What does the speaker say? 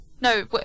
no